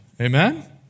Amen